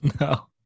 No